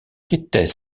qu’était